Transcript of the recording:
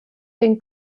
den